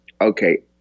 okay